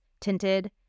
tinted